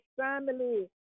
family